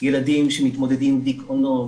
ילדים שמתמודדים עם דיכאונות,